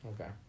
Okay